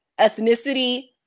Ethnicity